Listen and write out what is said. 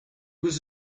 was